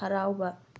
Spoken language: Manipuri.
ꯍꯔꯥꯎꯕ